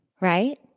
right